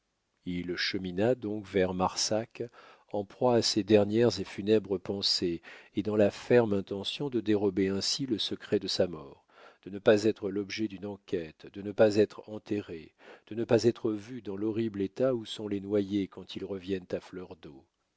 il chemina donc vers marsac en proie à ses dernières et funèbres pensées et dans la ferme intention de dérober ainsi le secret de sa mort de ne pas être l'objet d'une enquête de ne pas être enterré de ne pas être vu dans l'horrible état où sont les noyés quand ils reviennent à fleur d'eau